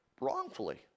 wrongfully